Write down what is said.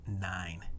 nine